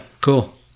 cool